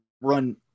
run